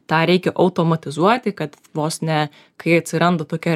tą reikia automatizuoti kad vos ne kai atsiranda tokia